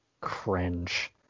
cringe